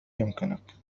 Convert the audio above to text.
يمكنك